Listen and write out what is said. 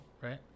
right